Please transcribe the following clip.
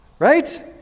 Right